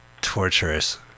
torturous